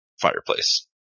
fireplace